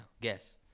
Guess